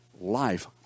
life